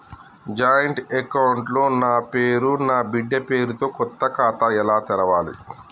Joint account లో నా పేరు నా బిడ్డే పేరు తో కొత్త ఖాతా ఎలా తెరవాలి?